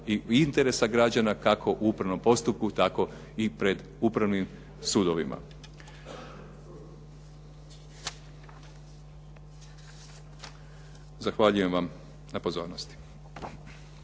i interesa građana, kako u upravnom postupku, tako i pred upravnim sudovima. Zahvaljujem vam na pozornosti.